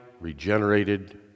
regenerated